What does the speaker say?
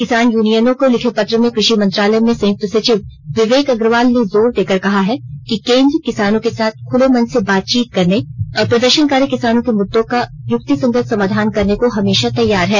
किसान यूनियनों को लिखे पत्र में कृषि मंत्रालय में संयुक्त सचिव विवेक अग्रवाल ने जोर देकर कहा है कि केन्द्र किसानों के र्साथ खुले मन से बातचीत करने और प्रदर्शनकारी किसानों के मुद्दों का युक्तिसंगत समाधान करने को हमेशा तैयार है